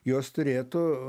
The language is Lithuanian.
jos turėtų